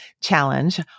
challenge